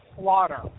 slaughter